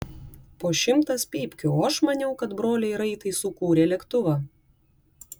po šimtas pypkių o aš maniau kad broliai raitai sukūrė lėktuvą